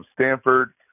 Stanford